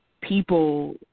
people